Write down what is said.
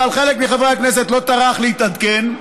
אבל חלק מחברי הכנסת לא טרח להתעדכן.